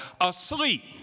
asleep